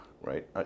right